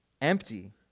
empty